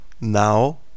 now